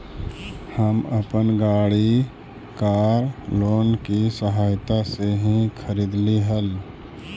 हम अपन गाड़ी कार लोन की सहायता से ही खरीदली हल